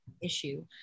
issue